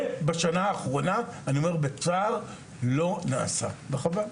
בשנה האחרונה, אני אומר בצער, זה לא נעשה, וחבל.